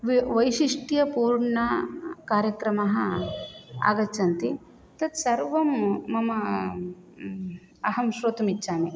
वैशिष्ट्यपूर्णकार्यक्रमाः आगच्छन्ति तत्सर्वं मम अहं श्रोतुमिच्छामि